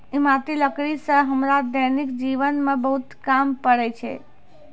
इमारती लकड़ी सें हमरा दैनिक जीवन म बहुत काम पड़ै छै